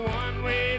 one-way